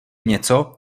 něco